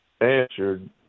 answered